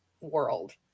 world